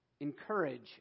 encourage